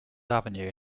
avenue